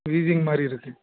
wheezing மாதிரி இருக்குது